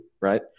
right